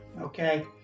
okay